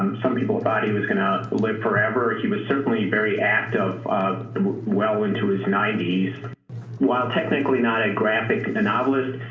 some people thought he was gonna live forever. he was certainly very active well into his ninety s. well technically not a graphic and novelist,